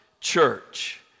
church